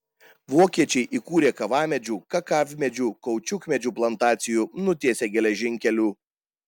vokiečiai įkūrė kavamedžių kakavmedžių kaučiukmedžių plantacijų nutiesė geležinkelių